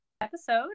episode